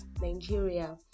Nigeria